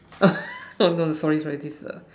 no no sorry sorry this a